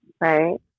right